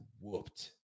whooped